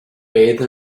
bathe